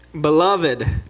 Beloved